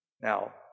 now